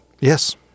Yes